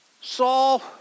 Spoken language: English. Saul